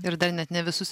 ir dar net ne visus